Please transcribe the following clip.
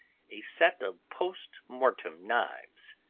a set of post-mortem knives.